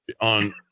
on